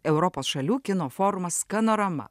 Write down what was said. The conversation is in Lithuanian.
europos šalių kino forumas panorama